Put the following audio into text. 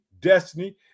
destiny